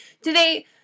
Today